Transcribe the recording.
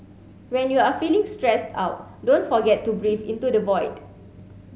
when you are feeling stressed out don't forget to breathe into the void